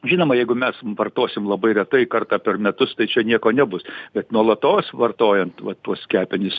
žinoma jeigu mes vartosim labai retai kartą per metus tai čia nieko nebus bet nuolatos vartojant vat tuos kepenis